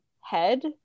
head